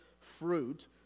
fruit